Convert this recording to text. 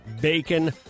bacon